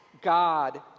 God